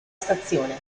stazione